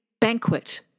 banquet